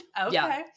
Okay